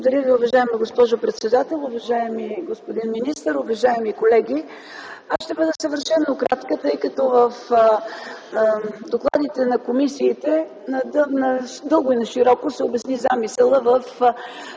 Благодаря Ви, уважаема госпожо председател. Уважаеми господин министър, уважаеми колеги! Аз ще бъда съвършено кратка, тъй като в докладите на комисиите надълго и нашироко се обясни замисълът